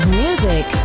music